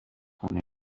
خونه